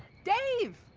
dave!